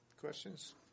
questions